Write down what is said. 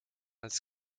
als